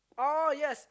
oh yes